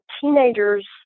teenagers